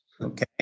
okay